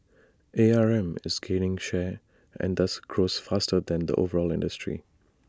A R M is gaining share and thus grows faster than the overall industry